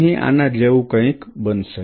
અહીં આના જેવું કંઈક બનશે